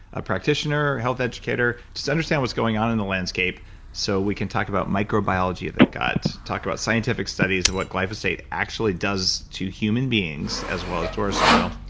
a practitioner, health educator, just understand what's going on in the landscape so we can talk about microbiology of the gut, talk about scientific studies about what glyphosate actually does to human beings as well as to our soil,